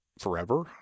forever